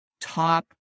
top